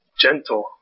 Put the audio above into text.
gentle